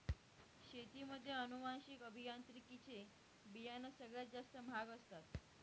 शेतीमध्ये अनुवांशिक अभियांत्रिकी चे बियाणं सगळ्यात जास्त महाग असतात